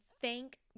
thank